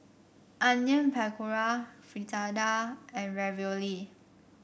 Onion Pakora Fritada and Ravioli